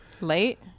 Late